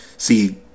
See